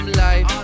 life